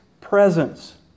presence